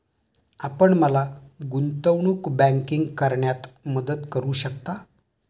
आपण मला गुंतवणूक बँकिंग करण्यात मदत करू शकता?